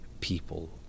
people